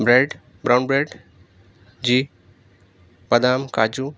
bread brown bread جی بادام کاجو